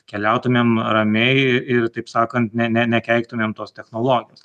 keliautumėm ramiai ir taip sakant ne ne nekeiktumėm tos technologijos